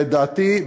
לדעתי,